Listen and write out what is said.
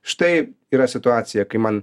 štai yra situacija kai man